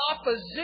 opposition